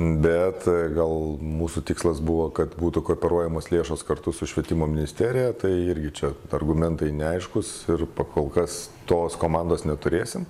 bet gal mūsų tikslas buvo kad būtų kooperuojamos lėšos kartu su švietimo ministerija tai irgi čia argumentai neaiškūs ir po kol kas tos komandos neturėsim